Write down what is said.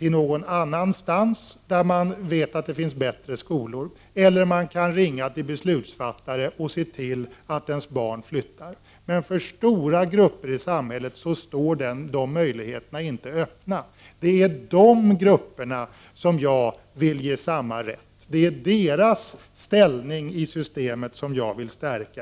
någon annanstans, till ett ställe där man vet att det finns bättre skolor eller ringa till beslutsfattare och se till att ens barn byter skola. För stora grupper i samhället står de möjligheterna inte öppna. Det är de grupperna jag vill ge samma rätt. Det är deras ställning i systemet jag vill stärka.